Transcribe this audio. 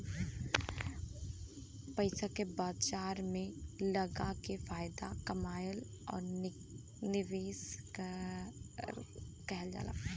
पइसा के बाजार में लगाके फायदा कमाएल निवेश कहल जाला